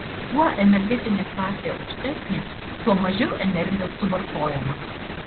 kuo energetinė klasė aukštesnė tuo mažiau energijos suvartojama